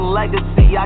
legacy